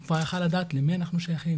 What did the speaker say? הוא כבר יכל לדעת למי אנחנו שייכים,